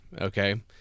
Okay